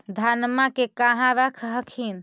धनमा के कहा रख हखिन?